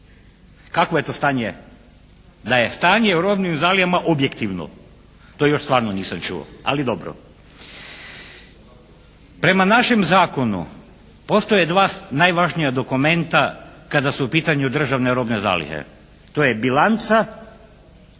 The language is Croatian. Kakvo je to stanje da je stanje o robnim zalihama objektivno? To još stvarno nisam čuo. Ali dobro. Prema našem zakonu postoje dva najvažnija dokumenta kada su u pitanju državne robne zalihe. To je bilanca